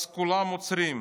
אז כולם עוצרים.